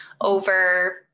over